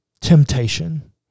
temptation